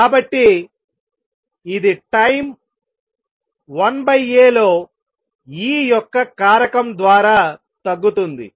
కాబట్టి ఇది time 1A లో E యొక్క కారకం ద్వారా తగ్గుతుంది